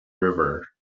river